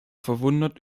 verwundert